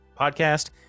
podcast